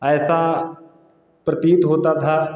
ऐसा प्रतीत होता था